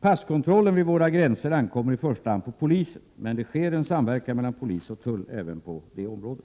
Passkontrollen vid våra gränser ankommer i första hand på polisen, men det sker en samverkan mellan polis och tull ävenpå detta område.